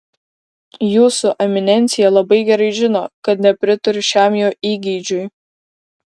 jūsų eminencija labai gerai žino kad nepritariu šiam jo įgeidžiui